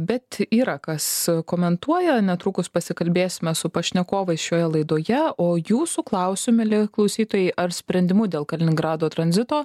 bet yra kas komentuoja netrukus pasikalbėsime su pašnekovais šioje laidoje o jūsų klausiu mieli klausytojai ar sprendimu dėl kaliningrado tranzito